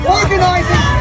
organizing